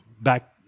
back